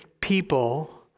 people